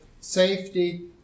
safety